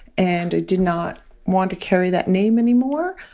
and i did not want to carry that name anymore.